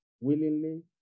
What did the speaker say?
Willingly